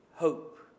hope